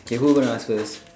okay who gonna ask first